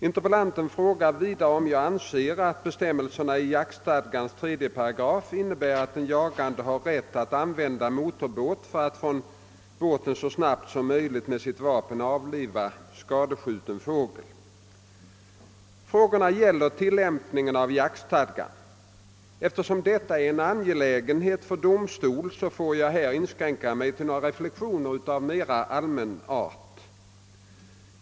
Interpellanten frågar vidare om jag anser att bestämmelserna i jaktstadgans 3 § innebär att den jagande har rätt att använda motorbåt för att från båten så snabbt som möjligt med sitt vapen avliva skadskjuten fågel. Frågorna gäller tillämpningen av jaktstadgan. Eftersom detta är en angelägenhet för domstol, får jag här inskränka mig till några reflexioner av mera allmän art.